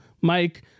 Mike